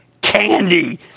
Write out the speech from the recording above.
candy